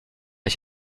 ich